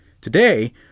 Today